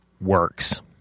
works